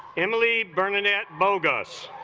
in lead bernadette bogus